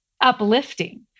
uplifting